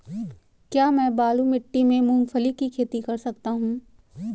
क्या मैं बालू मिट्टी में मूंगफली की खेती कर सकता हूँ?